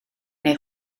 neu